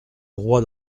roi